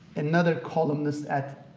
another columnist at,